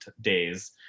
days